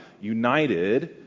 united